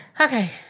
Okay